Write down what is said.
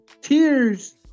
tears